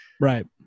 Right